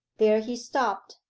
there he stopped,